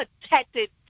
protected